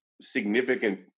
significant